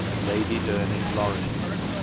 lady darning lawrence.